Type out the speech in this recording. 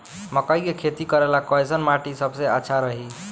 मकई के खेती करेला कैसन माटी सबसे अच्छा रही?